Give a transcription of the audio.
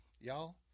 Y'all